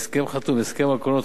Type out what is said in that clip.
ההסכם חתום,